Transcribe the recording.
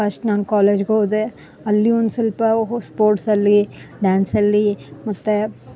first ನಾನು ಕಾಲೇಜ್ದ್ ಹೋದೆ ಅಲ್ಲಿ ಒಂದು ಸ್ವಲ್ಪ ಸ್ಪೋರ್ಟ್ಸಲ್ಲಿ ಡ್ಯಾನ್ಸಲ್ಲಿ ಮತ್ತು ಇದರಲ್ಲಿ